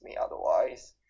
otherwise